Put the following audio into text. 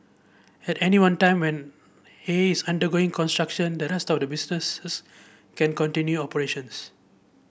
at any one time when A is undergoing construction the rest of the businesses is can continue operations